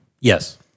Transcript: Yes